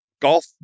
golf